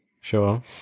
Sure